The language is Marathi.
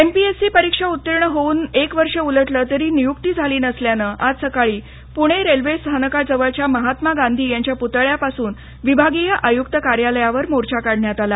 एमपीएससी परीक्षा उत्तीर्ण होऊन एक वर्ष उलटलं तरी नियुक्ती झाली नसल्यानं आज सकाळी पुणे रेल्वे स्थानकाजवळच्या महात्मा गांधी यांच्या पुतळ्यापासून विभागीय आय्क्त कार्यालयावर मोर्चा काढण्यात आला